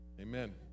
Amen